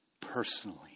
personally